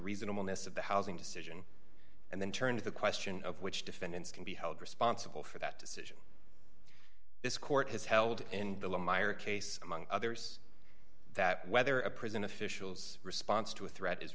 reasonableness of the housing decision and then turn to the question of which defendants can be held responsible for that decision this court has held in the myer case among others that whether a prison officials response to a threat is